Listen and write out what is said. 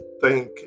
thank